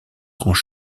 grands